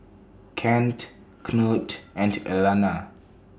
Kent Knute and Elana